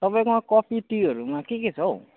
तपाईँकोमा कफी टिहरूमा के के छ हौ